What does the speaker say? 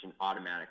automatically